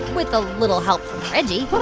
with a little help reggie